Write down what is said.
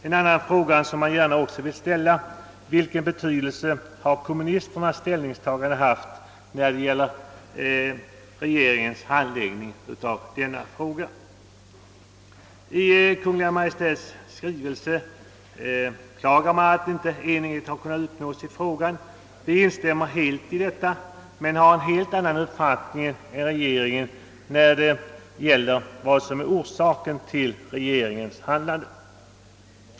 En annan fråga ligger också nära till hands: Vilken betydelse har kommunisternas ställningstagande haft när det gäller regeringens handläggning av detta ärende? I Kungl. Maj:ts skrivelse beklagar man att enighet inte kunnat uppnås i denna fråga. Vi instämmer till fullo i detta men har en helt annan uppfattning än regeringen om vad som är orsaken till dess handlande.